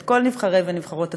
את כל נבחרי ונבחרות הציבור,